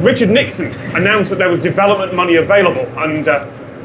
richard nixon announced that there was development money available, and